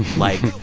like,